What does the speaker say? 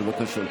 בבקשה.